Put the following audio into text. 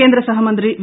കേന്ദ്ര സഹമന്ത്രി വി